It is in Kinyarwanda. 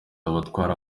abatwara